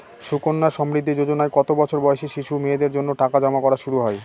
সুকন্যা সমৃদ্ধি যোজনায় কত বছর বয়সী শিশু মেয়েদের জন্য টাকা জমা করা শুরু হয়?